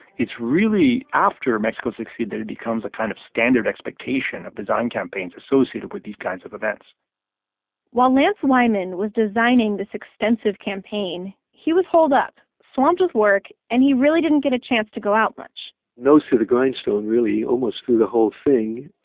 it's really after mexico zero six eight that it becomes a kind of standard expectation of design campaigns associated with these kinds of events while lance wyman was designing this extensive campaign, he was holed up, swamped with work, and he really get a chance to go out much nose to the grindstone, really, almost through the whole thing.